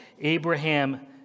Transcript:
Abraham